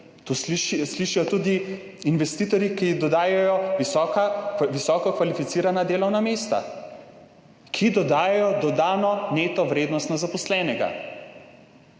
To slišijo tudi investitorji, ki dodajajo visoko kvalificirana delovna mesta, ki dodajajo dodano neto vrednost na zaposlenega.